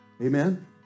Amen